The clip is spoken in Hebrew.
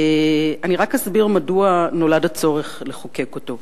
אסביר רק מדוע נולד הצורך לחוקק אותו.